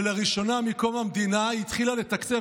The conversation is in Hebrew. ולראשונה מקום המדינה היא התחילה לתקצב